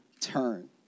turn